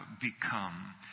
become